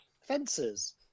Fences